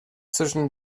zwischen